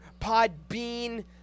Podbean